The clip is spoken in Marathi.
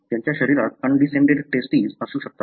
त्यांच्या शरीरात अनडिसेंडेड टेस्टीस असू शकते